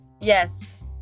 Yes